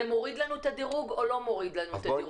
זה מוריד או לא מוריד לנו את הדירוג?